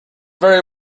very